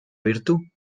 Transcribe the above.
virtud